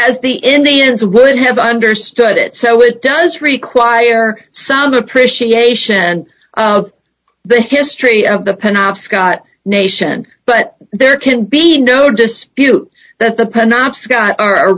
as the indians would have understood it so it does require some appreciation of the history of the penobscot nation but there can be no dispute that the